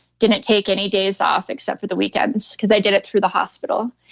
didn't take any days off except for the weekends because i did it through the hospital.